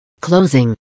Closing